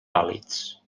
vàlids